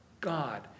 God